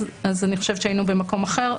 אז אני חושבת שהיינו במקום אחר.